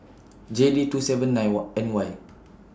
J D two seven nine What N Y